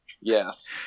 Yes